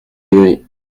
aigris